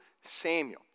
Samuel